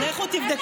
אין לך, לכו תבדקו.